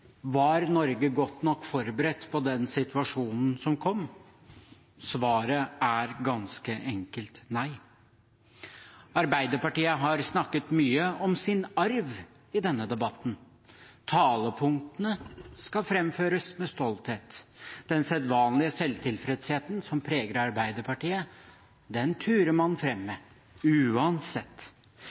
Var Norge godt nok forberedt på den situasjonen som kom? Svaret er ganske enkelt nei. Arbeiderpartiet har snakket mye om sin arv i denne debatten. Talepunktene skal framføres med stolthet. Den sedvanlige selvtilfredsheten som preger Arbeiderpartiet, turer man fram med, uansett.